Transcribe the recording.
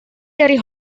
dari